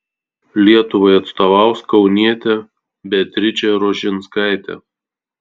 lietuvai atstovaus kaunietė beatričė rožinskaitė